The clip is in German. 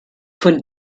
von